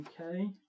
Okay